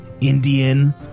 Indian